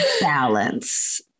balance